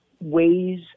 ways